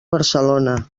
barcelona